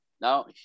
now